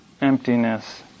Emptiness